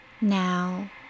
Now